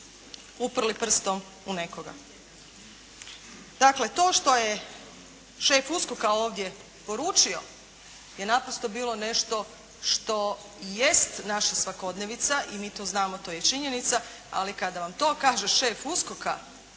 uprli prstom u nekoga. Dakle, to što je šef USKOK-a ovdje poručio je naprosto bilo nešto što jest naša svakodnevica i mi to znamo, to je činjenica, ali kada vam to kaže šef USKOK-a